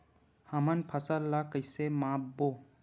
हमन फसल ला कइसे माप बो?